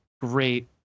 great